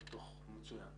זה דוח מצוין.